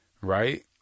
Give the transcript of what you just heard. right